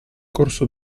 corso